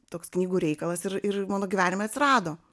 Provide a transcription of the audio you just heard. toks knygų reikalas ir ir mano gyvenime atsirado